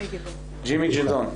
בבקשה, ג'ימי ג'דעון.